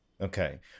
Okay